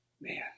Man